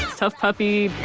tough puppy,